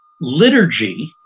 Liturgy